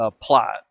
plot